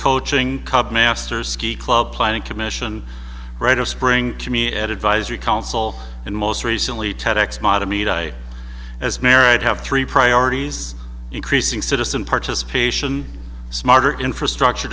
coaching master's ski club planning commission rite of spring to me advisory council and most recently as married have three priorities increasing citizen participation smarter infrastructure